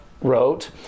wrote